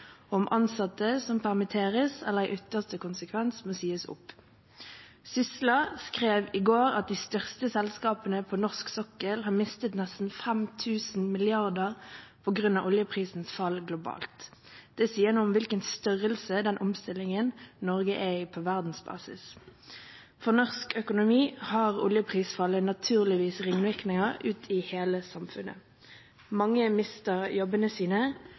om ansatte som permitteres, eller som i ytterste konsekvens må sies opp. SYSLA skrev i går at de største selskapene på norsk sokkel har mistet nesten 5 000 mrd. kr på grunn av oljeprisens fall globalt. Det sier noe om størrelsen på den omstillingen Norge er i, på verdensbasis. For norsk økonomi har oljeprisfallet naturligvis ringvirkninger ut i hele samfunnet. Mange mister jobbene sine,